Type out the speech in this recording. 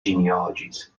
genealogies